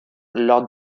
lord